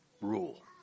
rule